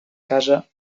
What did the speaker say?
casa